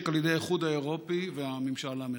על ידי האיחוד האירופי והממשל האמריקני,